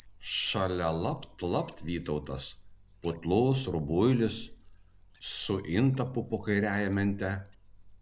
šalia lapt lapt vytautas putlus rubuilis su intapu po kairiąja mente